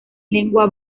lengua